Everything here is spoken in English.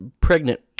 pregnant